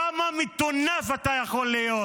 כמה מטונף אתה יכול להיות,